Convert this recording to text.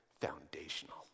foundational